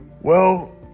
Well